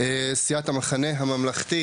סיעת "המחנה הממלכתי".